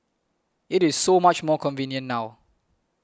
it is so much more convenient now